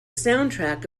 soundtrack